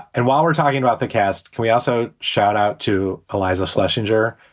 and while we're talking about the cast, can we also shout out to eliza slushing jr,